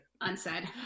unsaid